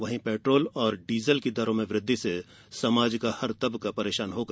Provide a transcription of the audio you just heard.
वही पेट्रोल और डीजल की दरों में वृद्धि से समाज का हर तबका परेशान होगा